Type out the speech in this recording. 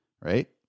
right